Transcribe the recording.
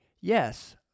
Yes